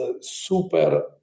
super